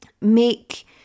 make